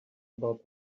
about